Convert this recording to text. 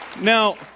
Now